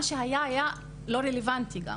מה שהיה גם היה לא רלוונטי.